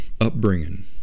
upbringing